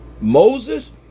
moses